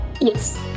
Yes